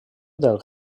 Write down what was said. del